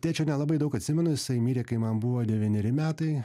tėčio nelabai daug atsimenu jisai mirė kai man buvo devyneri metai